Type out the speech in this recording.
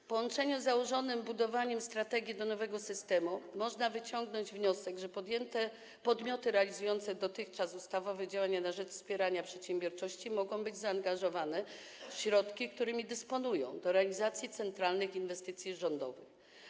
W połączeniu z założonym budowaniem strategii nowego systemu można wyciągnąć wniosek, że podjęte podmioty, realizujące dotychczasowe ustawowe działania na rzecz wspierania przedsiębiorczości, mogą być zaangażowane za pomocą środków, którymi dysponują, w realizację centralnych inwestycji rządowych.